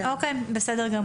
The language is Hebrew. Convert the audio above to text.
אוקיי, בסדר גמור.